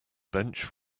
bench